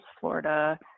Florida